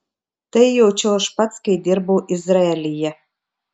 tai jaučiau aš pats kai dirbau izraelyje